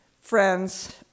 friends